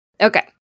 Okay